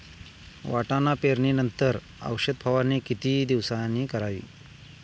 वाटाणा पेरणी नंतर औषध फवारणी किती दिवसांनी करावी?